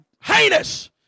heinous